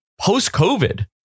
post-COVID